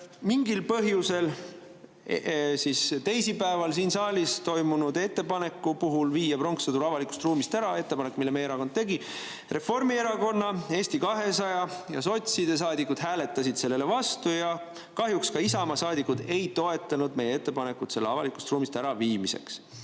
Mingil põhjusel, kui teisipäeval siin saalis hääletati ettepanekut viia pronkssõdur avalikust ruumist ära – see oli ettepanek, mille meie erakond tegi –, siis Reformierakonna, Eesti 200 ja sotside saadikud hääletasid sellele vastu ja kahjuks ka Isamaa saadikud ei toetanud meie ettepanekut [pronkssõduri] avalikust ruumist äraviimiseks.